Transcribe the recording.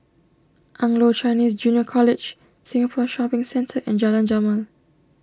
Anglo Chinese Junior College Singapore Shopping Centre and Jalan Jamal